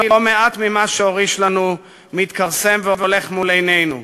לא מעט ממה שהוריש לנו מתכרסם והולך מול עינינו.